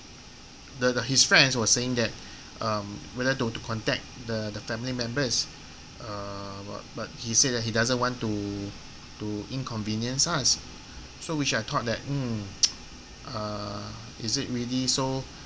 the the his friends were saying that um whether to to contact the the family members uh but but he said that he doesn't want to to inconvenience us so we should have thought that um uh is it really so